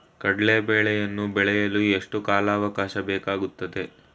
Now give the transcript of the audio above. ಕಡ್ಲೆ ಬೇಳೆಯನ್ನು ಬೆಳೆಯಲು ಎಷ್ಟು ಕಾಲಾವಾಕಾಶ ಬೇಕಾಗುತ್ತದೆ?